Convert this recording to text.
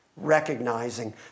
Recognizing